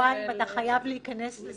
-- שבוע-שבועיים ואתה חייב להיכנס לזה.